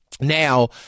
now